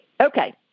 Okay